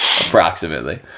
approximately